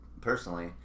personally